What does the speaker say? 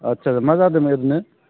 आत्सा मा जादों ओरैनो